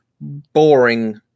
boring